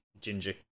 ginger